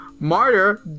Martyr